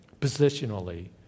Positionally